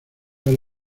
del